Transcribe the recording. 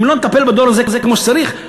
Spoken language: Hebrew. אם לא נטפל בדור הזה כמו שצריך,